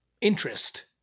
interest